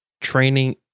training